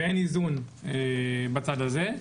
ואין איזון בצד הזה,